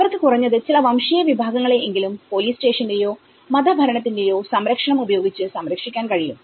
അവർക്ക് കുറഞ്ഞത് ചില വംശീയ വിഭാഗങ്ങളെ എങ്കിലും പോലീസ് സ്റ്റേഷന്റെയോ മത ഭരണത്തിന്റെയോ സംരക്ഷണം ഉപയോഗിച്ച് സംരക്ഷിക്കാൻ കഴിയും